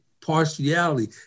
partiality